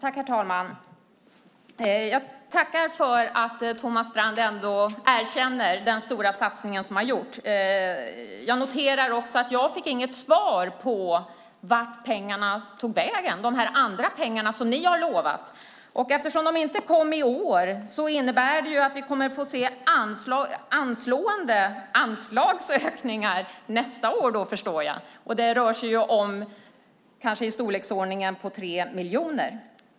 Herr talman! Jag tackar för att Thomas Strand ändå erkänner den stora satsning som har gjorts. Jag noterar också att jag inte fick något svar på vart pengarna tog vägen - de här andra pengarna som ni har lovat. Eftersom de inte kom i år förstår jag att det innebär att vi kommer att få se anslående anslagsökningar nästa år. Det rör sig om i storleksordningen 3 miljarder.